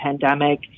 pandemic